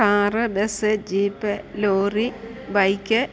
car bus jeep lorry bike